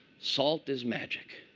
salt is magic.